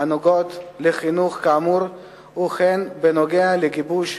הנוגעות לחינוך כאמור וכן בנוגע לגיבוש